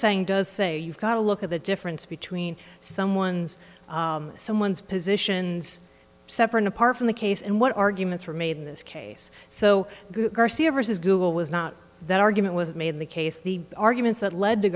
curtseying does say you've got to look at the difference between someone's someone's positions separate apart from the case and what arguments were made in this case so google was not that argument was made the case the arguments that led to